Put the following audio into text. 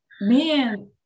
man